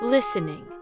Listening